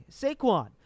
Saquon